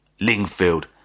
Lingfield